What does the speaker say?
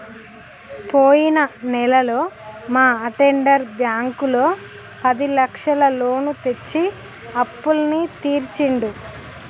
పోయిన నెలలో మా అటెండర్ బ్యాంకులో పదిలక్షల లోను తెచ్చి అప్పులన్నీ తీర్చిండు